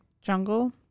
Jungle